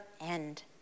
end